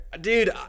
Dude